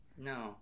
No